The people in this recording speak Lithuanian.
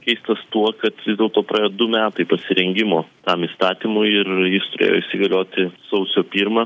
keistas tuo kad vis dėlto praėjo du metai pasirengimo tam įstatymui ir jis turėjo įsigalioti sausio pirmą